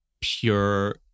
pure